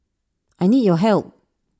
I need your help